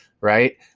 right